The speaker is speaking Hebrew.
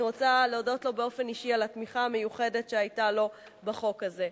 אני רוצה להודות לו באופן אישי על התמיכה המיוחדת שלו בחוק הזה.